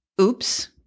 Oops